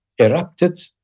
erupted